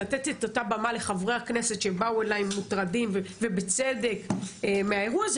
לתת את אותה במה לחברי הכנסת שבאו אליי מוטרדים ובצדק מהאירוע הזה,